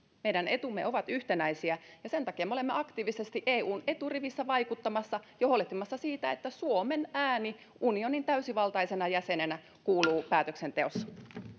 meidän etumme ovat yhtenäisiä ja sen takia me olemme aktiivisesti eun eturivissä vaikuttamassa ja huolehtimassa siitä että suomen ääni unionin täysivaltaisena jäsenenä kuuluu päätöksenteossa